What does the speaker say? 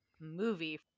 movie